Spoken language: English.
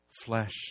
flesh